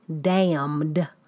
Damned